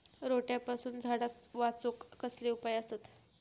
रोट्यापासून झाडाक वाचौक कसले उपाय आसत?